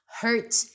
hurt